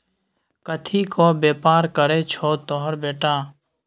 कथीक बेपार करय छौ तोहर बेटा?